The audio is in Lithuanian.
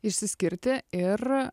išsiskirti ir